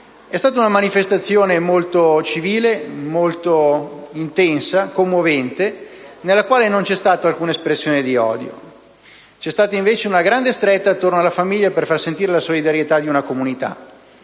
È stata una manifestazione molto civile e molto intensa e commovente, nella quale non c'è stata alcuna espressione di odio. C'è stata invece una grande stretta attorno alla famiglia, per far sentire la solidarietà di una comunità.